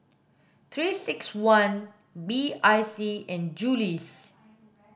three six one B I C and Julie's